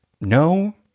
No